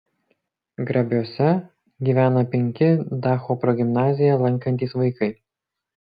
grabiuose gyvena penki dacho progimnaziją lankantys vaikai